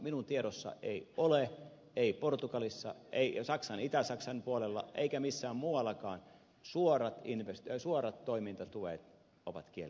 minun tiedossani ei ole ei portugalissa ei itä saksan puolella eikä missään muuallakaan suorat toimintatuet ovat kiellettyjä